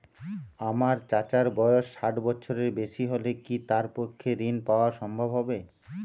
আমার চাচার বয়স ষাট বছরের বেশি হলে কি তার পক্ষে ঋণ পাওয়া সম্ভব হবে?